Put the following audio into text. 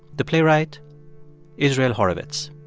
the playwright israel horovitz.